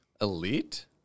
Elite